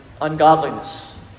ungodliness